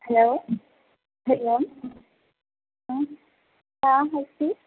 hello Hari Om आं का अस्ति